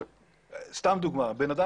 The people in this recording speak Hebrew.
סתם דוגמה, בן אדם